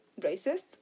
racist